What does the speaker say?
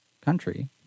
country